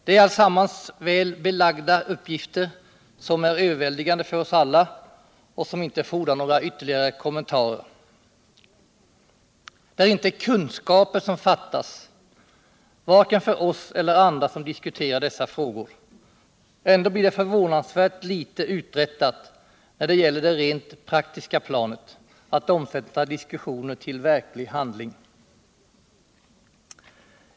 Det är alltsammans väl betagda uppgifter, som är överväldigande för oss alla och som inte fordrar några ytterligare kommentarer. Det är inte kunskaper som fattas, varken för oss eller andra som diskuterar dessa frågor. Ändå blir det förvånansvärt litet uträttat när det gäller det rent praktiska planet. att omsätta diskussioner till verklig handling.